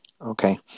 Okay